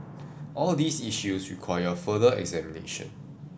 all these issues require further examination